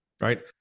right